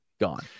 gone